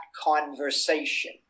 conversation